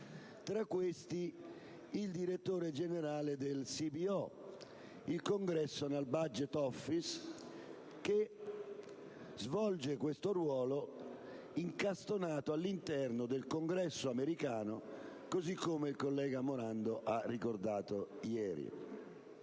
tra questi il direttore generale del CBO *(Congressional Budget Office)*, struttura che svolge questo ruolo incastonata all'interno del Congresso americano, così come il collega Morando ha ricordato ieri.